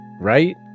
right